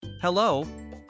Hello